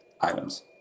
items